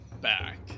back